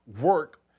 work